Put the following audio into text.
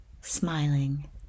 smiling